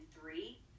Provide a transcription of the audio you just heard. three